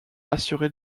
assurer